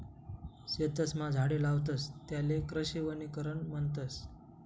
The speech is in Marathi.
शेतसमा झाडे लावतस त्याले कृषी वनीकरण म्हणतस